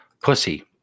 Pussy